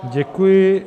Děkuji.